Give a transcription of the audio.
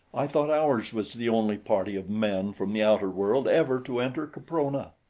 i thought ours was the only party of men from the outer world ever to enter caprona.